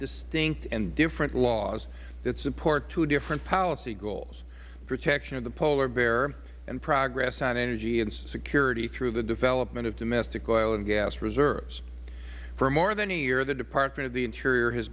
distinct and different laws that support two different policy goals protection of the polar bear and progress on energy and security through the development of domestic oil and gas reserves for more than a year the department of the interior has